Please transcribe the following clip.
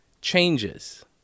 changes